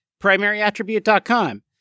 primaryattribute.com